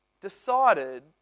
decided